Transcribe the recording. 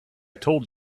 told